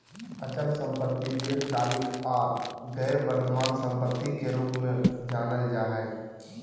अचल संपत्ति दीर्घकालिक आर गैर वर्तमान सम्पत्ति के रूप मे जानल जा हय